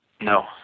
No